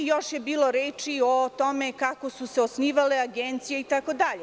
Još je bilo reči o tome kako su se osnivale agencije itd.